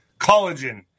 Collagen